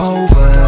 over